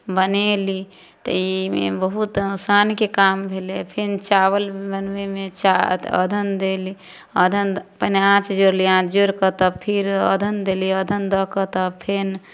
बनेली तऽ ई बहुत असानके काम भेलै फेर चावल बनबैमे चा अधन देली अधन पहिने आँच जोरली आँच जोरि कऽ तब फिर अधन देली अधन दऽ कऽ तब फेर